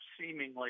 seemingly